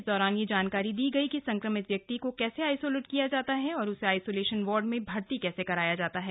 इस दौरान यह जानकारी दी गई कि संक्रमित व्यक्ति को कैसे आइसोलेट किया जाता और उसे आइसोलेशन वार्ड में भर्ती कराया जाता है